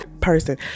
person